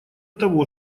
того